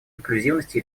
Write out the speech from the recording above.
инклюзивности